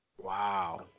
Wow